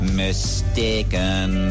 mistaken